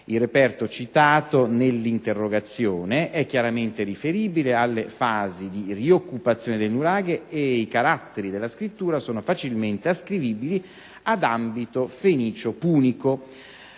Il reperto citato nell'interrogazione è chiaramente riferibile alle fasi di rioccupazione del nuraghe ed i caratteri della scrittura sono facilmente ascrivibili ad ambito fenicio-punico;